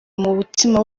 umutima